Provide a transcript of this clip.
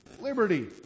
liberty